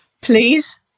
please